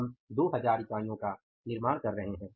हम 2000 इकाईयों का निर्माण कर रहे हैं